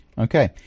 Okay